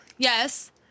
Yes